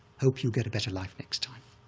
hope you get a better life next time.